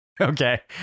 Okay